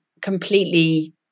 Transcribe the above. completely